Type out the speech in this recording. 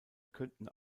könnten